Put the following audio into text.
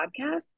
podcast